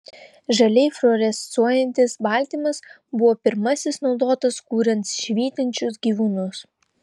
žaliai fluorescuojantis baltymas buvo pirmasis naudotas kuriant švytinčius gyvūnus